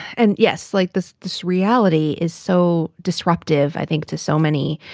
and yes, like this. this reality is so disruptive, i think, to so many.